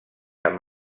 amb